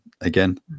again